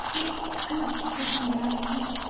it's good to be like you.